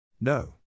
No